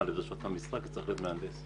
עונה לדרישות המשרה כי צריך להיות מהנדס.